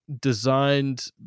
designed